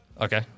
Okay